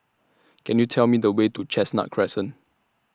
Can YOU Tell Me The Way to Chestnut Crescent